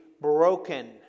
broken